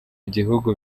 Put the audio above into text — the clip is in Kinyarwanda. igihugu